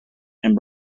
and